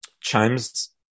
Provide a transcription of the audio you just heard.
chimes